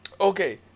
Okay